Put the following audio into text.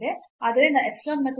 ಆದ್ದರಿಂದ epsilon ಮತ್ತು ಈ delta rho